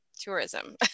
tourism